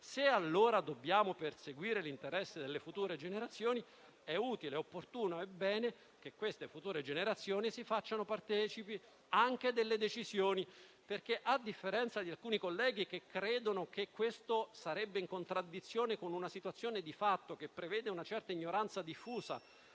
Allora, se dobbiamo perseguire l'interesse delle future generazioni, è utile, è opportuno ed è bene che queste si facciano partecipi anche delle decisioni. A differenza di alcuni colleghi che credono che questo sarebbe in contraddizione con una situazione di fatto che prevede una certa ignoranza diffusa